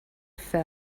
fell